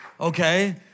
Okay